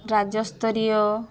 ରାଜ୍ୟ ସ୍ତରୀୟ